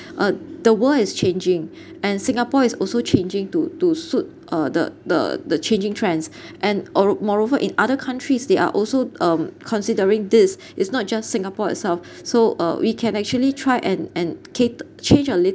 uh the world is changing and singapore is also changing to to suit uh the the the changing trends and or moreover in other countries they are also um considering this is not just singapore itself so uh we can actually try and and cate~ change a litt~